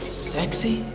sexy,